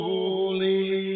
Holy